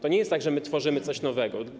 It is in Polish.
To nie jest tak, że tworzymy coś nowego.